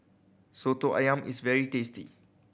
Soto Ayam is very tasty